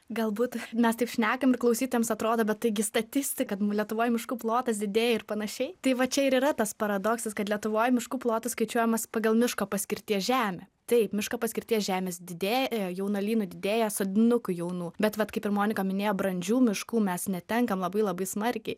galbūt mes taip šnekam ir klausytojams atrodo bet taigi statistika lietuvoj miškų plotas didėja ir panašiai tai va čia ir yra tas paradoksas kad lietuvoj miškų plotas skaičiuojamas pagal miško paskirties žemę taip miško paskirties žemės didėja jaunuolynų didėja sodinukų jaunų bet vat kaip ir monika minėjo brandžių miškų mes netenkam labai labai smarkiai